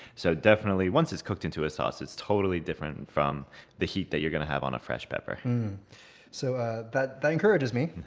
so once it's cooked into a sauce it's totally different from the heat that you're going to have on a fresh pepper so ah that that encourages me.